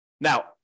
Now